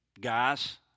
guys